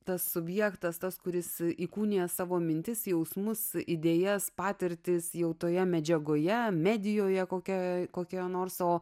tas subjektas tas kuris įkūnija savo mintis jausmus idėjas patirtis jau toje medžiagoje medijoje kokioje kokioje nors o